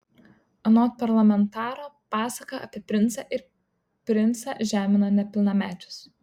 anot parlamentaro pasaka apie princą ir princą žemina nepilnamečius